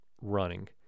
running